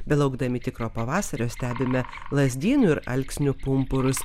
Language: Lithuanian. belaukdami tikro pavasario stebime lazdynų ir alksnių pumpurus